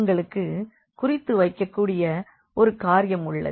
உங்களுக்கு குறித்து வைக்கக்கூடிய ஒரு காரியம் உள்ளது